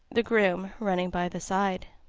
the groom running by the side.